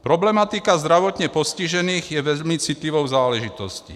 Problematika zdravotně postižených je velmi citlivou záležitostí.